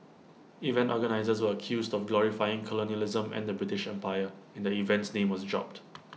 event organisers were accused of glorifying colonialism and the British empire and the event's name was dropped